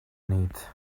need